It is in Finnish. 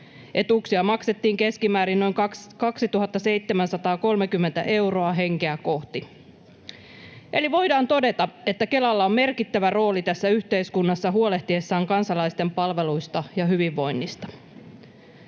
Etuuksia maksettiin keskimäärin noin 2 730 euroa henkeä kohti. Eli voidaan todeta, että Kelalla on merkittävä rooli tässä yhteiskunnassa huolehtiessaan kansalaisten palveluista ja hyvinvoinnista.